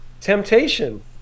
temptation